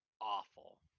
awful